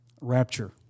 Rapture